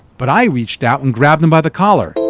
but i reached out and grabbed him by the collar.